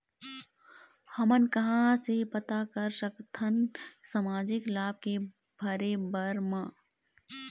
हमन कहां से पता कर सकथन सामाजिक लाभ के भरे बर मा?